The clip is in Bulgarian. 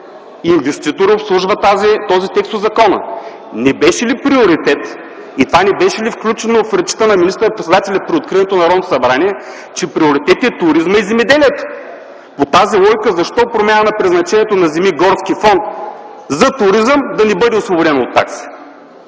инвеститори обслужва този текст от закона? Не беше ли приоритет и това не беше ли включено в речта на министър-председателя при откриването на Народното събрание, че приоритет са туризмът и земеделието? По тази логика защо промяна на предназначението на земи горски фонд за туризъм да не бъде освободено от такси?